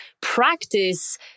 practice